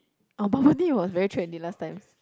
oh bubble tea was very trendy last times